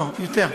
לא, יותר.